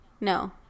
No